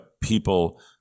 people